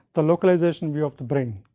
the localization view of the brain.